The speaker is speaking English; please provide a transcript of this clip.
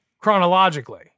Chronologically